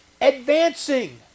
advancing